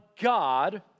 God